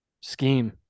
scheme